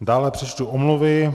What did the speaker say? Dále přečtu omluvy.